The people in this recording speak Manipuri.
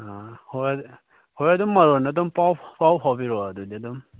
ꯑꯥ ꯍꯣꯏ ꯍꯣꯏ ꯑꯗꯨꯝ ꯃꯔꯣꯟꯗꯣ ꯑꯗꯨꯝ ꯄꯥꯎ ꯄꯥꯎ ꯐꯥꯎꯕꯤꯔꯛꯑꯣ ꯑꯗꯨꯗꯤ ꯑꯗꯨꯝ